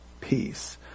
peace